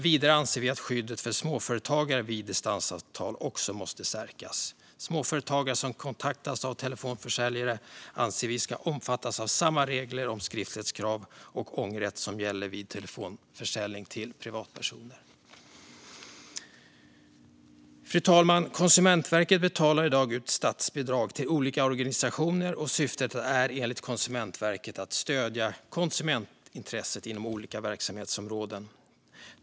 Vidare anser vi att skyddet för småföretagare vid distansavtal också måste stärkas. Vi anser att småföretagare som kontaktas av telefonförsäljare ska omfattas av samma regler om skriftlighetskrav och ångerrätt som gäller vid telefonförsäljning till privatpersoner. Fru talman! Konsumentverket betalar i dag ut statsbidrag till olika organisationer. Syftet är, enligt Konsumentverket, att stödja konsumentintresset inom olika verksamhetsområden.